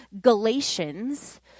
Galatians